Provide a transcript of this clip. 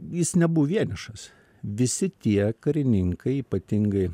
jis nebuvo vienišas visi tie karininkai ypatingai